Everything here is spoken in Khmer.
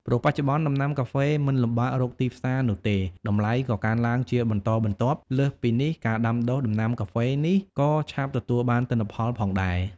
ព្រោះបច្ចុប្បន្នដំណាំកាហ្វេមិនលំបាករកទីផ្សារនោះទេ តម្លៃក៏កើនឡើងជាបន្តបន្ទាប់ លើសពីនេះការដាំដុះដំណាំកាហ្វេនេះ ក៏ឆាប់ទទួលបានទិន្នផលផងដែរ។